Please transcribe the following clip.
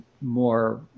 more